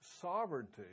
sovereignty